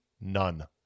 none